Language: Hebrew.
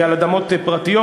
היא על אדמות פרטיות.